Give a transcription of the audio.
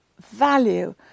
value